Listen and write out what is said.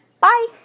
Bye